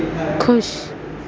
خوش